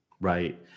right